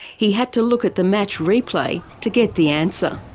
he had to look at the match replay to get the answer.